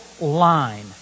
line